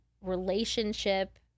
relationship